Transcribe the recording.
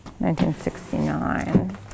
1969